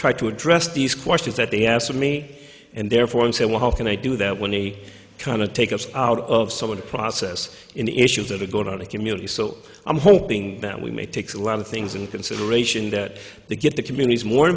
try to address these questions that they ask me and therefore and say well how can i do that when they kind of take us out of some of the process in the issues that are going on a community so i'm hoping that we may take a lot of things in consideration that they get the communities more